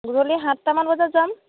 গধূলি সাতটামান বজাত যাম